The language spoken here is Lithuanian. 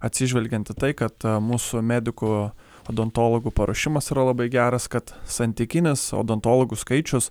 atsižvelgiant į tai kad mūsų medikų odontologų paruošimas yra labai geras kad santykinis odontologų skaičius